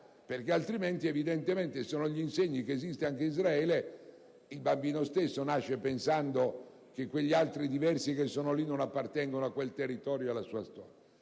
vicino. Altrimenti, se non si insegna che esiste anche Israele, il bambino stesso crescerà pensando che quegli altri, diversi, che sono lì, non appartengono a quel territorio e alla sua storia.